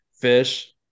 fish